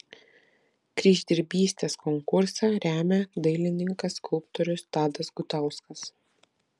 kryždirbystės konkursą remia dailininkas skulptorius tadas gutauskas